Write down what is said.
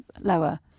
lower